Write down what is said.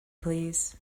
please